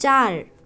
चार